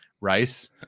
Rice